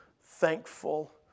thankful